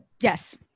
Yes